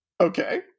Okay